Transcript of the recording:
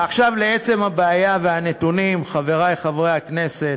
ועכשיו לעצם הבעיה והנתונים, חברי חברי הכנסת,